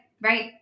right